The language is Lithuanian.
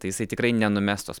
tai jisai tikrai nenumestos